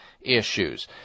issues